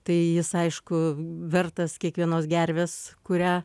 tai jis aišku vertas kiekvienos gervės kurią